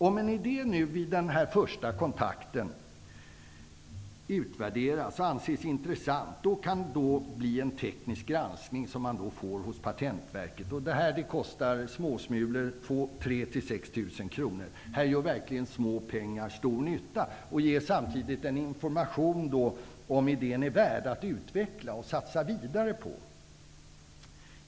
Om en idé vid denna första kontakt värderas som intressant kan en teknisk granskning ges av Patentverket. Det kostar ''småsmulor'' -- 3 000-- 6 000 kr. Här gör verkligen ''små'' pengar stor nytta, och samtidigt får man information om huruvida idén är värd att utveckla och satsa vidare på.